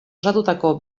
osatutako